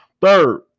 Third